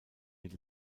mit